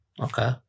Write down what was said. Okay